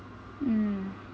mm